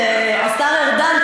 השר ארדן,